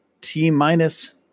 T-minus